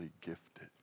gifted